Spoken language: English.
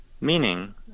meaning